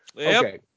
Okay